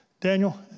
Daniel